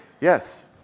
yes